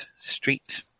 Street